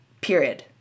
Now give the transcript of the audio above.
Period